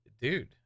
dude